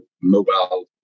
mobile